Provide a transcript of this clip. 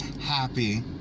happy